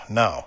no